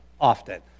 often